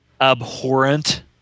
Abhorrent